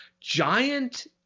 giant